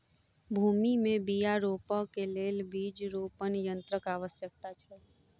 भूमि में बीया रोपअ के लेल बीज रोपण यन्त्रक आवश्यकता छल